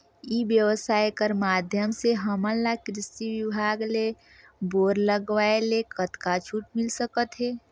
ई व्यवसाय कर माध्यम से हमन ला कृषि विभाग ले बोर लगवाए ले कतका छूट मिल सकत हे?